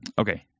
Okay